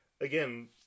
again